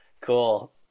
Cool